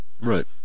Right